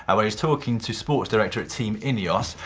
ah where he's talking to sport director at team ineos,